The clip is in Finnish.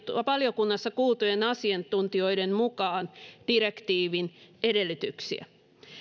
valiokunnassa kuultujen asiantuntijoiden mukaan direktiivin edellytyksiä